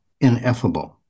ineffable